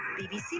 BBC